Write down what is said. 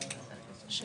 אדוני,